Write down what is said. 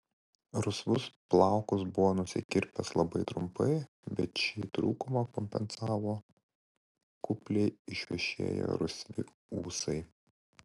rusvus plaukus buvo nusikirpęs labai trumpai bet šį trūkumą kompensavo kupliai išvešėję rusvi ūsai